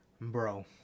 Bro